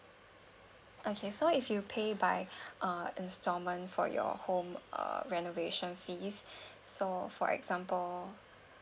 okay so if you pay by uh instalment for your home uh renovation fees so for example